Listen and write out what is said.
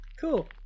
Cool